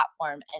platform